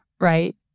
right